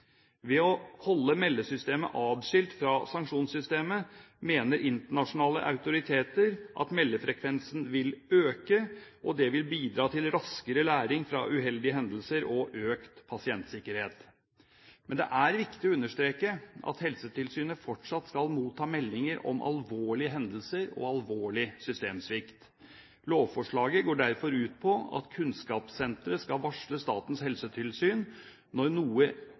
Ved å holde meldesystemet atskilt fra sanksjonssystemet mener internasjonale autoriteter at meldefrekvensen vil øke, og det vil bidra til raskere læring fra uheldige hendelser og økt pasientsikkerhet. Men det er viktig å understreke at Helsetilsynet fortsatt skal motta meldinger om alvorlige hendelser og alvorlig systemsvikt. Lovforslaget går derfor ut på at kunnskapssenteret skal varsle Statens helsetilsyn når det er noe